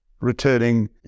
returning